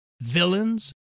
villains